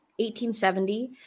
1870